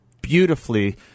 beautifully